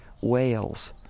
whales